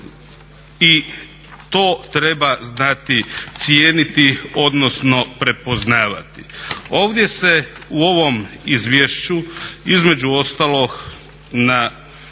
I to treba znati cijeniti odnosno prepoznavati. Ovdje se u ovom izvješću između ostalog na